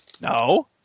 No